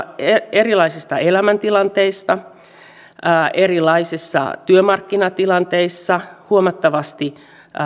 erilaisista elämäntilanteista erilaisissa työmarkkinatilanteissa huomattavasti